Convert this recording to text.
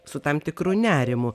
su tam tikru nerimu